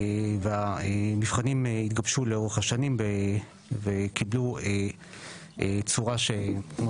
והמבחנים התגבשו לאורך השנים וקיבלו צורה כמו